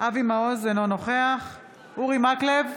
אבי מעוז, אינו נוכח אורי מקלב,